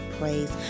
praise